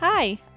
Hi